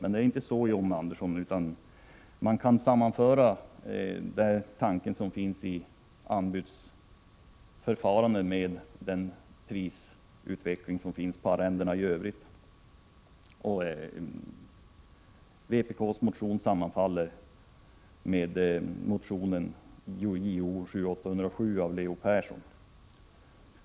Men det är ju inte så, John Andersson, att man kan jämföra tanken på anbudsförfarande med den prisutveckling som finns på arrendena i övrigt. Vpk:s krav sammanfaller för övrigt med kraven i motion Jo787 av Leo Persson.